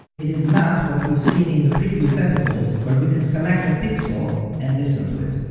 it is not what we've seen in the previous episode where we could select a pixel and listen to it,